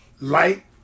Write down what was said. light